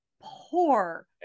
poor